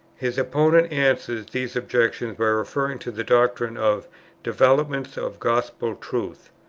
his opponent answers these objections by referring to the doctrine of developments of gospel truth.